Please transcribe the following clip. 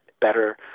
better